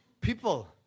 people